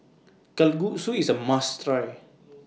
Kalguksu IS A must Try